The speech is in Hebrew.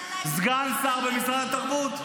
סגן שר במשרד התרבות.